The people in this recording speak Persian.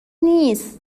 نیست